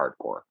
Hardcore